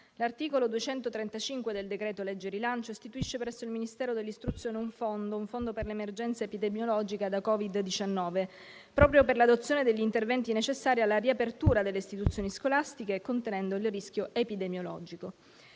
L'articolo 235 del decreto-legge rilancio istituisce presso il Ministero dell'istruzione un fondo per l'emergenza epidemiologica da Covid-19, proprio per l'adozione degli interventi necessari alla riapertura delle istituzioni scolastiche e contenendo il rischio epidemiologico.